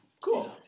Cool